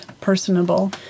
personable